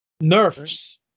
nerfs